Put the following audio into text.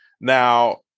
Now